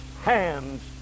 hands